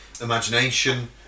imagination